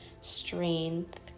strength